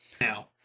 now